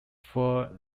for